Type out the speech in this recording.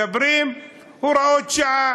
מדברים הוראות שעה,